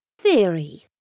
theory